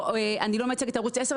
אני לא מייצגת את ערוץ 10,